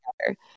together